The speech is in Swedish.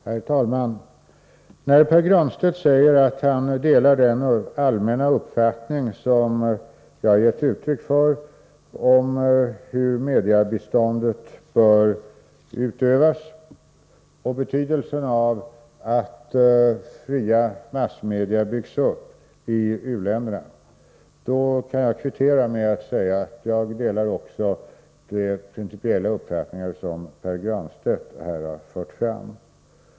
Herr talman! När Pär Granstedt säger att han delar den allmänna uppfattning som jag gett uttryck för om hur mediebiståndet bör utövas och om betydelsen av att fria massmedia byggs upp i u-länderna, kan jag kvittera med att säga att jag delar de principiella uppfattningar som Pär Granstedt här har fört fram.